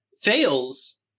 fails